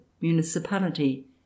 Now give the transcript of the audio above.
municipality